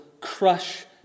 crush